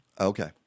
Okay